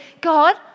God